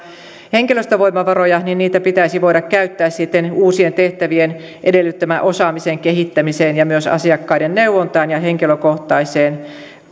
henkilöstövoimavaroja pitäisi voida käyttää sitten uusien tehtävien edellyttämän osaamisen kehittämiseen ja myös asiakkaiden neuvontaan ja henkilökohtaiseen